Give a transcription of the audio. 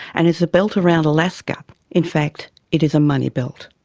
and is a belt around alaska in fact, it is a money belt.